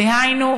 דהיינו,